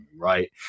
right